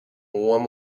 warm